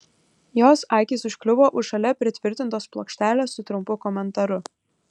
jos akys užkliuvo už šalia pritvirtintos plokštelės su trumpu komentaru